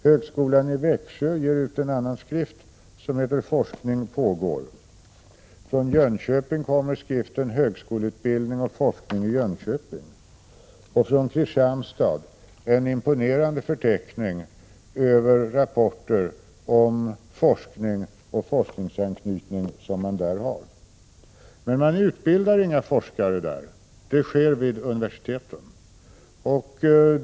Högskolan i Växjö ger ut en skrift som heter Forskning pågår. Från Jönköping kommer skriften Högskoleutbildning och forskning i Jönköping. Från Kristianstad finns det en imponerande förteckning över rapporter om forskning och projekt med forskningsanknytning som man där har. Men, inga forskare utbildas vid dessa högskolor. Det sker vid universiteten.